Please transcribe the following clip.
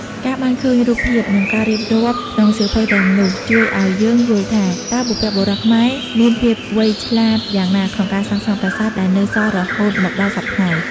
ការបានឃើញរូបភាព និងការរៀបរាប់ក្នុងសៀវភៅទាំងនោះជួយឲ្យយើងយល់ថា តើបុព្វបុរសខ្មែរមានភាពវៃឆ្លាតយ៉ាងណាក្នុងការសាងសង់ប្រាសាទដែលនៅសល់រហូតមកដល់សព្វថ្ងៃ។